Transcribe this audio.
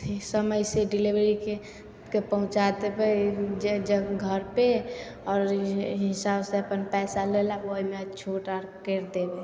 समयसे डिलिवरीके के पहुँचा देबै जे घरपर आओर एहि हिसाबसे अपन पइसा लऽ लेब ओहिमे छूट आर करि देबै